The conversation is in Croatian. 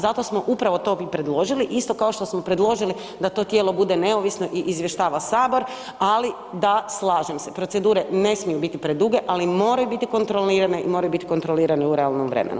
Zato smo upravo to i predložili, isto kao što smo predložili da to tijelo bude neovisno i izvještava Sabor, ali da, slažem se, procedure ne smiju biti preduge, ali moraju biti kontrolirane i moraju biti kontrolirane u realnom vremenu.